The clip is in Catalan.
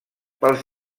pels